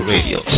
Radio